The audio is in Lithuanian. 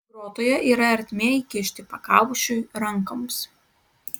grotoje yra ertmė įkišti pakaušiui rankoms